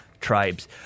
tribes